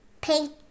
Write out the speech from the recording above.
pink